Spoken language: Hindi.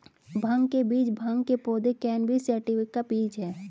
भांग के बीज भांग के पौधे, कैनबिस सैटिवा के बीज हैं